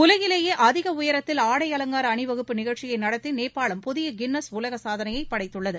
உலகிலேயே அதிக உயரத்தில் ஆடை அலங்கார அணிவகுப்பு நிகழ்ச்சியை நடத்தி நேபாளம் புதிய கின்னஸ் உலக சாதனையை படைத்துள்ளது